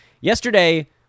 Yesterday